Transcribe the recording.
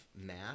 math